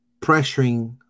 pressuring